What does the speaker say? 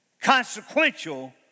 consequential